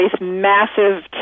massive